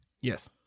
Yes